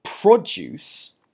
Produce